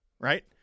right